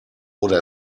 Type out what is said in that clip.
oder